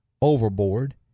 Overboard